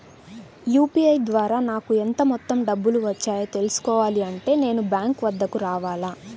UPI ద్వారా నాకు ఎంత మొత్తం డబ్బులు వచ్చాయో తెలుసుకోవాలి అంటే నేను బ్యాంక్ వద్దకు రావాలా?